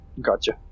Gotcha